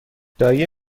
دایی